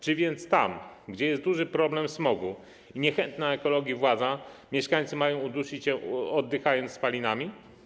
Czy więc tam, gdzie jest duży problem smogu i niechętna ekologii władza, mieszkańcy mają udusić się, oddychając spalinami?